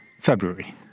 February